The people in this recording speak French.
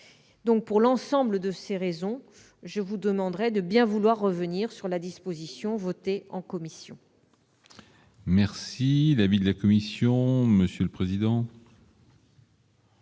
Pour l'ensemble de ses raisons, je vous demanderai de bien vouloir revenir sur la disposition votée en commission. Quel est l'avis de la commission ? La commission